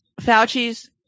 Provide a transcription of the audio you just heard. Fauci's